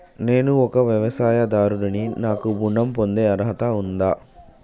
నేను ఒక వ్యవసాయదారుడిని నాకు ఋణం పొందే అర్హత ఉందా?